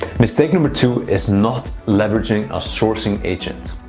mistake number two is not leveraging a sourcing agent.